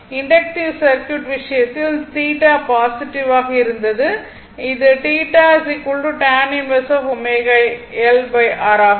inductive circuit விஷயத்தில் θ positive ஆக இருந்தது இதுஆகும்